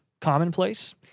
commonplace